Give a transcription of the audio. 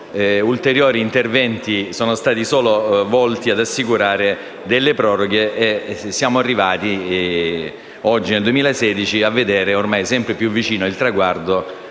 Grazie